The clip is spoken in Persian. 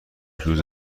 روز